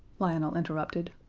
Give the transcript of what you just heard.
lionel interrupted.